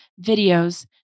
videos